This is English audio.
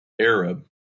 Arab